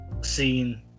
scene